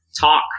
talk